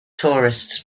tourists